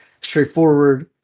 straightforward